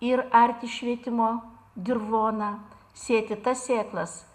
ir arti švietimo dirvoną sėti tas sėklas